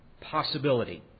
possibility